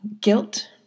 guilt